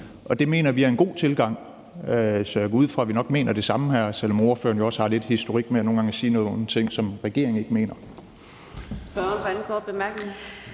Det mener vi er en god tilgang. Så jeg går ud fra, at vi nok mener det samme her, selv om spørgeren jo også lidt har en historik med nogle gange at sige nogle ting, som regeringen ikke mener.